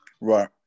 Right